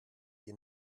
die